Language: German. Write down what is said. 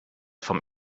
vom